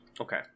Okay